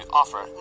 offer